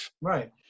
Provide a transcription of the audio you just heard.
right